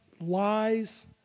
lies